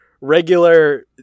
regular